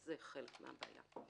וזה חלק מהבעיה.